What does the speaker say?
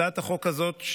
הצעת החוק הזאת,